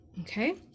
okay